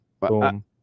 boom